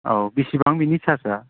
औ बिसिबां बिनि सार्जआ